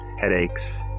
headaches